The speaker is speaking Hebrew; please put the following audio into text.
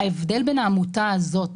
ההבדל בין העמותה הזאת,